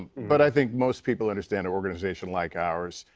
but i think most people understand an organization like ours,